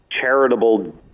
charitable